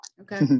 Okay